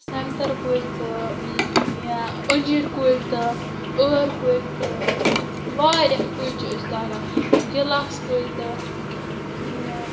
سنٛگتَر کُلۍ تہٕ یا أنجیٖر کُلۍ تہٕ ٲر کُلۍ تہٕ واریاہ کُلۍ چھِ أسۍ لاگان گِلاس کُلۍ تہٕ یا